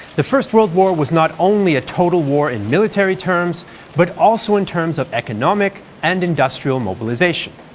the first world war was not only total war in military terms, but also in terms of economic and industrial mobilization.